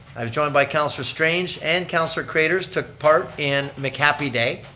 um joined by councilor strange and councilor craitor took part in mchappy day.